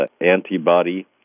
antibody